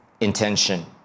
intention